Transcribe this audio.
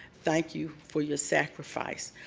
thank you for your sacrifice.